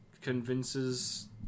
convinces